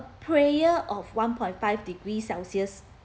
prayer of one point five degrees celsius